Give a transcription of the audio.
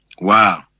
Wow